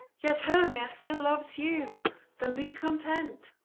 yet hermia still loves you then be content.